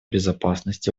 безопасность